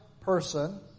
person